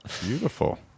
Beautiful